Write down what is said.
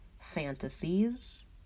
fantasies